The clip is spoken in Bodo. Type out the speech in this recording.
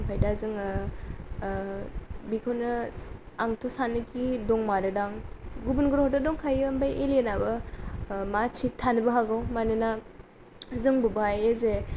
ओमफ्राय दा जोङो बेखौनो आंथ' सानोखि दंमारो दां गुबुन ग्रह'थ' दंखायो ओमफ्राय एलियेनाबो मा थिग थानोबो हागौ मानोना जोंबो बेवहाय ओइजे